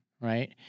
right